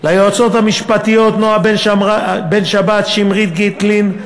ליועצות המשפטיות נועה בן-שבת, שמרית גיטלין,